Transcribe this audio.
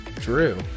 Drew